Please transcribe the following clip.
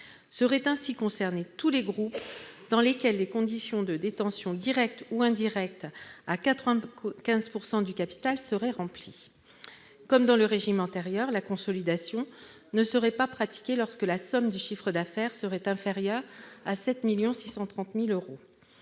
Seraient ainsi concernés tous les groupes dans lesquels les conditions de détention, directe ou indirecte, à 95 % du capital seraient remplies. Comme dans le régime antérieur, la consolidation ne serait pas pratiquée lorsque la somme du chiffre d'affaires est inférieure à 7,63 millions d'euros.